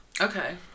Okay